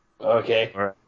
Okay